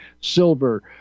silver